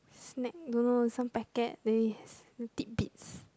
snack don't know some packet they tidbits